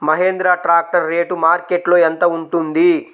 Mahindra tractor rate మార్కెట్లో యెంత ఉంటుంది?